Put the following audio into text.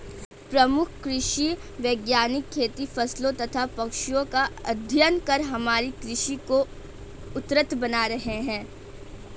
प्रमुख कृषि वैज्ञानिक खेती फसलों तथा पशुओं का अध्ययन कर हमारी कृषि को उन्नत बना रहे हैं